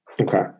Okay